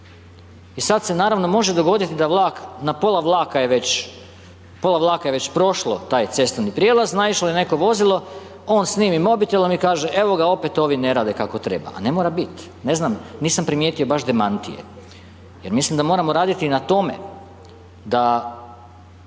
pola vlaka je već, pola vlaka je već prošlo taj cestovni prijelaz, naišlo je neko vozilo, on snimi mobitelom i kaže, evo ga, opet ovi ne rade kako treba, a ne mora bit, ne znam, nisam primijetio baš demantije, jer mislim da moramo raditi na tome da